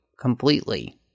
completely